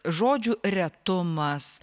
žodžių retumas